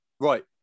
Right